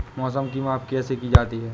मौसम की माप कैसे की जाती है?